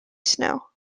snow